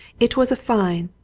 it was a fine,